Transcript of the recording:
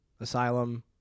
asylum